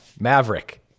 Maverick